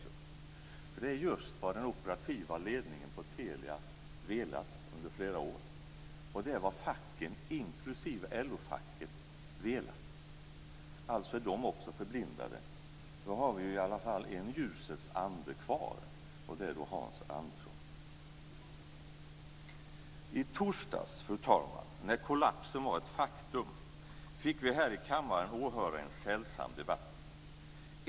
Men det är just vad den operativa ledningen på Telia under flera år har velat och det är vad facken, inklusive LO-facken, velat. Alltså är de också förblindade. Då har vi i alla fall en ljusets ande kvar och det är Hans Andersson. Fru talman! I torsdags, när kollapsen var ett faktum, fick vi här i kammaren åhöra en sällsam debatt.